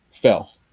Fell